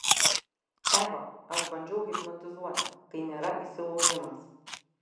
eva aš bandžiau hipnotizuoti tai nėra įsilaužimas